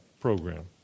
program